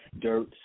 dirt